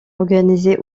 organisé